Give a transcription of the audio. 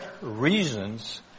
reasons